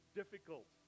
difficult